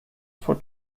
for